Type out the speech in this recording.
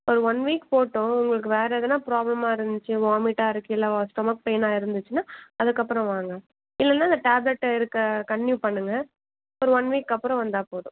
ஒரு one week போட்டும் உங்களுக்கு வேறு எதன்னா ப்ராபலமாக இருந்துச்சு வாமிட்டாக இருக்கு இல்லை வா ஸ்டொமக் பெய்னாக இருந்துச்சுனா அதுக்கப்புறம் வாங்க இல்லைனா இந்த டேப்லெட்டு இருக்க கன்டினியூ பண்ணுங்கள் ஒரு ஒன் வீக் அப்புறம் வந்தால் போதும்